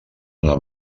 una